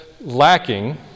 lacking